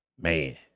Man